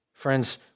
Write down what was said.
Friends